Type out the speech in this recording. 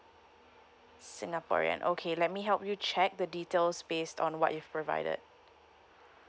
singaporean okay let me help you check the details based on what you've provided